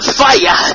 fire